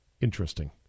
Interesting